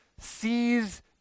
sees